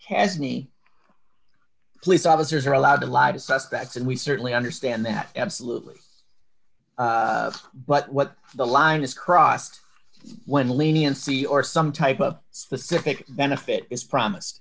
has any police officers are allowed to lie to suspects and we certainly understand that absolutely but what the line is crossed when leniency or some type of specific benefit is promised